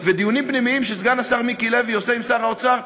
ודיונים פנימיים שסגן השר מיקי לוי עושה עם שר האוצר,